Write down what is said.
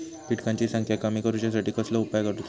किटकांची संख्या कमी करुच्यासाठी कसलो उपाय करूचो?